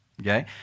okay